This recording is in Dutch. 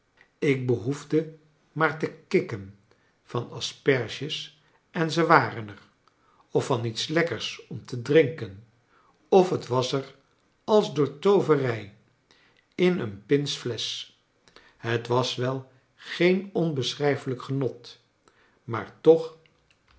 ik behoefde maar te kikk'en van asperges en ze waren er of van iets lekkers om te drinken of het was er als door tooverij in een pints flesch het was wel geen onbeschrrjfelijk genot maar toch